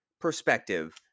perspective